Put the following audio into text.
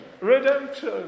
Redemption